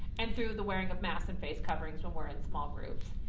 and through the wearing of mask and face coverings when we're in small groups.